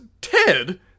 Ted